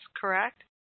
correct